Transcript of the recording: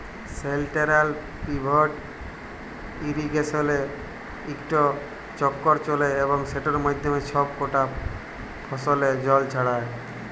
central pivot ইরিগেসলে ইকট চক্কর চলে এবং সেটর মাধ্যমে ছব কটা ফসলে জল ছড়ায়